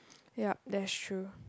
yup they're sure